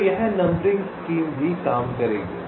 तो यह numbering scheme भी काम करेगी